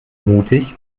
mutig